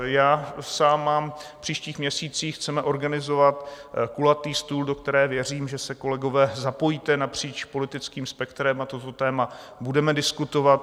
Já sám mám v příštích měsících chceme organizovat kulatý stůl, do kterého věřím, že se, kolegové, zapojíte napříč politickým spektrem a toto téma budeme diskutovat.